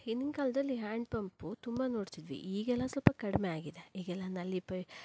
ಹಿಂದಿನ ಕಾಲದಲ್ಲಿ hand pump ತುಂಬ ನೋಡ್ತಿದ್ವಿ ಈಗೆಲ್ಲ ಸ್ವಲ್ಪ ಕಡಿಮೆ ಆಗಿದೆ ಈಗೆಲ್ಲ ನಲ್ಲಿ ಪೈ